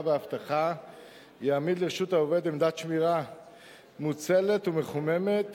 והאבטחה יעמיד לרשות העובד עמדת שמירה מוצלת ומחוממת,